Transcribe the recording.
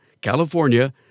California